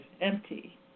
empty